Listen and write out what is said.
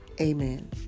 Amen